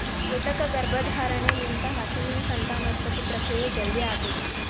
ಕೃತಕ ಗರ್ಭಧಾರಣೆ ಲಿಂತ ಹಸುವಿನ ಸಂತಾನೋತ್ಪತ್ತಿ ಪ್ರಕ್ರಿಯೆ ಜಲ್ದಿ ಆತುದ್